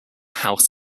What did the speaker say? house